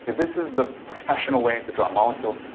this is the professional way to draw molecules.